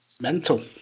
Mental